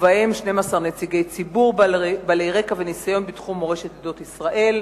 ובהם 12 נציגי ציבור בעלי רקע וניסיון בתחום מורשת עדות ישראל,